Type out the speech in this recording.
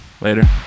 later